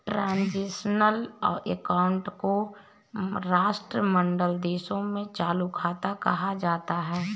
transitional account को राष्ट्रमंडल देशों में चालू खाता कहा जाता है